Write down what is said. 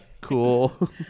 Cool